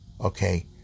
Okay